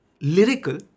lyrical